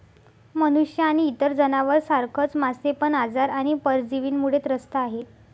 मनुष्य आणि इतर जनावर सारखच मासे पण आजार आणि परजीवींमुळे त्रस्त आहे